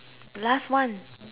last one